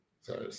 sorry